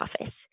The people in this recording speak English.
office